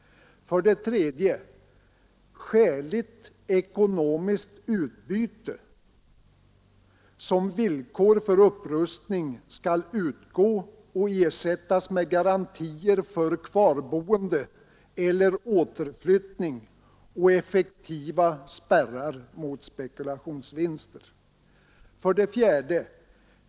3. ”Skäligt ekonomiskt utbyte” som villkor för upprustning skall utgå och ersättas med garantier för kvarboende eller återflyttning och effektiva spärrar mot spekulationsvinster. 4.